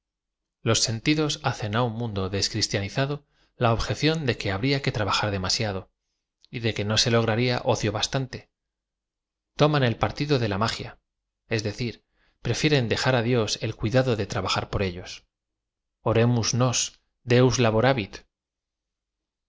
los sentidos hacen á un mundo descristianizado la objeción de que habría que trabajar demasiado y de que no se lograría ocio bastante toman el partido de la m agia es decir prefieren dejar á dios el cuidado de trabajar por ellos oremus nos deus